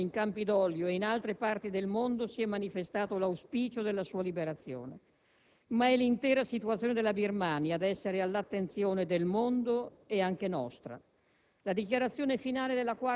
nella città di Roma in Campidoglio e in altre parti del mondo si è manifestato l'auspicio della sua liberazione. Ma è l'intera situazione della Birmania ad essere all'attenzione del mondo ed anche alla nostra.